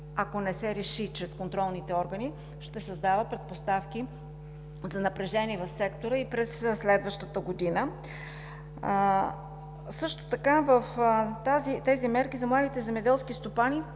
ако не се реши чрез контролните органи, ще създава предпоставки за напрежение в сектора и през следващата година. Също така с тези мерки за младите земеделски стопани